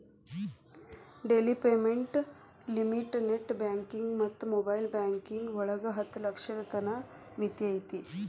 daily payment limit net banking ಮತ್ತ mobile banking ಒಳಗ ಹತ್ತ ಲಕ್ಷದ್ ತನ ಮಿತಿ ಐತಿ